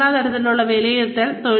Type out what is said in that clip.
സംഘടനാ തലത്തിലുള്ള വിലയിരുത്തൽ